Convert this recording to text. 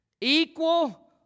Equal